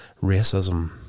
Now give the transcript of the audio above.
Racism